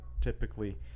typically